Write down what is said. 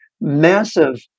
massive